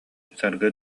саргы